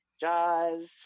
JAWS